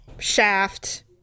shaft